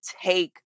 take